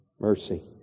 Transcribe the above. mercy